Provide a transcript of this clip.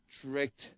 strict